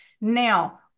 Now